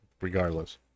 regardless